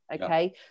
Okay